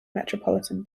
metropolitan